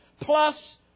Plus